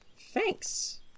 Thanks